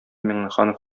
миңнеханов